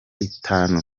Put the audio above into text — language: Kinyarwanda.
itanu